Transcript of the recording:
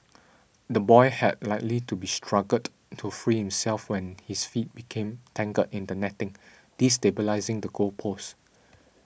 the boy had likely to be struggled to free himself when his feet became tangled in the netting destabilising the goal post